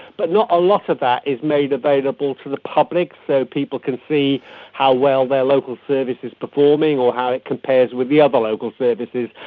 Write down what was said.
but not a lot of that is made available to the public so people can see how well their local service is performing or how it compares with the other local services.